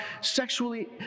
sexually